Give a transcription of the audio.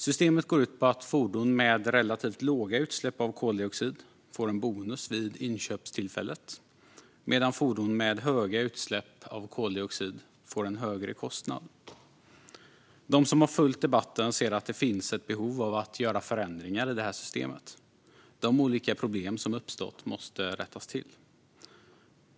Systemet går ut på att fordon med relativt låga utsläpp av koldioxid ger en bonus vid inköpstillfället medan fordon med höga utsläpp av koldioxid får en högre kostnad. De som har följt debatten ser att det finns ett behov av att göra förändringar i det här systemet. De olika problem som uppstått måste rättas till.